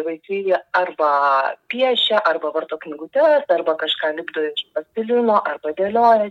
vaikai jie arba piešia arba varto knygutes arba kažką lipdo iš plastilino arba dėlioja